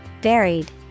Varied